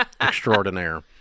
extraordinaire